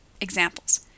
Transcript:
Examples